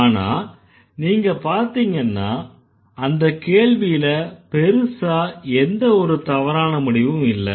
ஆனா நீங்க பாத்தீங்கன்னா அந்தக்கேள்வில பெரிசா எந்த ஒரு தவறான முடிவும் இல்லை